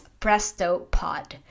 PrestoPod